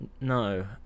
No